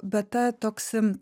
bet ta toks